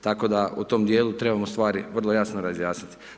Tako da, u tom dijelu trebamo stvari vrlo jasno razjasniti.